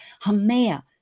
Hamea